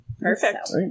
Perfect